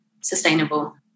sustainable